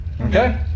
okay